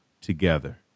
together